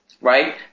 right